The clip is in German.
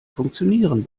funktionieren